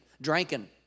drinking